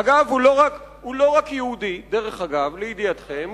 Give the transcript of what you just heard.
אגב, הוא לא רק יהודי, לידיעתכם.